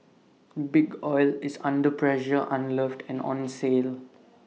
big oil is under pressure unloved and on sale